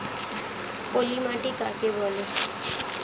পলি মাটি কাকে বলে?